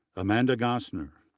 amanda gozner,